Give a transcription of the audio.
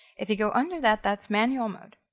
if you go under that, that's manual mode.